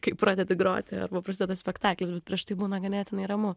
kai pradedi groti arba prasideda spektaklis bet prieš tai būna ganėtinai ramu